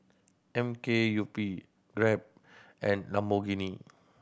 M K U P Grab and Lamborghini